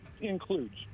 includes